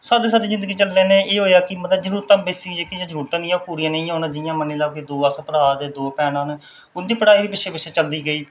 सादी सादी जिंदगी चलने नै एह् होएआ कि जरूरतां बेसिक जेह्कियां जरूरतां हियां ओह् पूरियां नेईं होन जि'यां मन्नी लैओ कि दो अस भ्रांऽ ते दे भैनां उं'दी पढ़ाई पिच्छे पिच्छे चलदी गेई